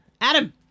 Adam